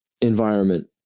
environment